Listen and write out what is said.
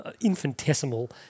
infinitesimal